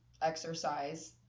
exercise